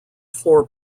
floor